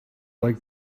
like